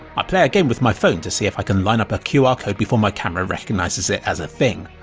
i play a game with my phone to see if i can line up the ah qr ah code before my camera recognises it as a thing.